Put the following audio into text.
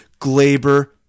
Glaber-